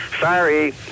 Sorry